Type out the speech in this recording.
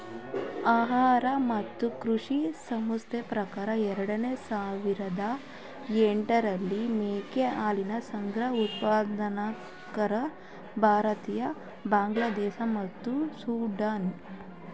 ಆಹಾರ ಮತ್ತು ಕೃಷಿ ಸಂಸ್ಥೆ ಪ್ರಕಾರ ಎರಡು ಸಾವಿರದ ಎಂಟರಲ್ಲಿ ಮೇಕೆ ಹಾಲಿನ ಅಗ್ರ ಉತ್ಪಾದಕರು ಭಾರತ ಬಾಂಗ್ಲಾದೇಶ ಮತ್ತು ಸುಡಾನ್